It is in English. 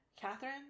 Catherine